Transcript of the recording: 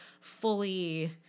fully